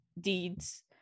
deeds